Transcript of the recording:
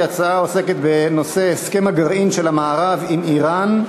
ההצעות הראשונות עוסקת בנושא: הסכם הגרעין של המערב עם איראן,